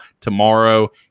tomorrow